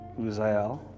Uziel